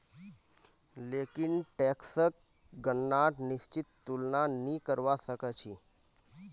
लेकिन टैक्सक गणनार निश्चित तुलना नी करवा सक छी